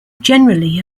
generally